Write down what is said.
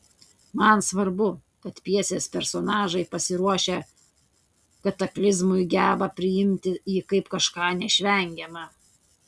man svarbu kad pjesės personažai pasiruošę kataklizmui geba priimti jį kaip kažką neišvengiama